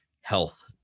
health